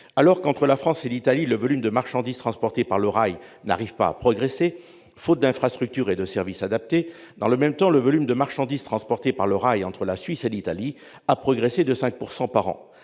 Alors qu'entre la France et l'Italie le volume de marchandises transportées par le rail n'arrive pas à progresser faute d'infrastructures et de services adaptés, dans le même temps le volume de marchandises transportées par le rail entre la Suisse et l'Italie a progressé de 5 % par an.